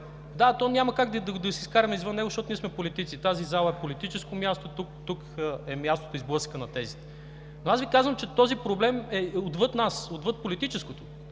да, няма как да се изкараме извън него, защото ние сме политици. Тази зала е политическо място, тук е мястото и сблъсъкът на тезите. Но аз Ви казвам, че този проблем е отвъд нас, отвъд политическото.